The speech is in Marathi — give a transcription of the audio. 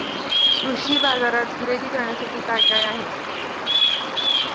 कृषी बाजारात खरेदी करण्यासाठी काय काय आहे?